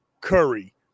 curry